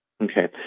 Okay